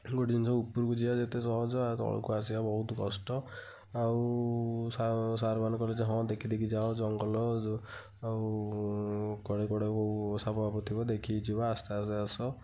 ଗୋଟେ ଜିନିଷ ଉପରକୁ ଯିବା ଯେତେ ସହଜ ଆଉ ତଳକୁ ଆସିବା ବହୁତ କଷ୍ଟ ଆଉ ସାର ସାରମାନେ କହିଲେ ଯେ ହଁ ଦେଖି ଦେଖି ଯାଆ ଜଙ୍ଗଲ ଆଉ କଡ଼େ କଡ଼େ ସାପଫାପ ଥିବ ଦେଖିକି ଯିବ ଆସ୍ତେ ଆସ୍ତେ ଆସ